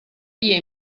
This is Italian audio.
via